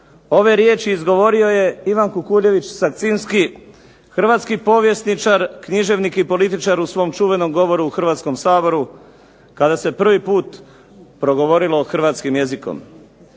ove riječi izgovorio je Ivan Kukuljević Sakcinski, hrvatski povjesničar, književnik i političar u svom čuvenom govoru u Hrvatskom saboru, kada se prvi put progovorilo hrvatskim jezikom.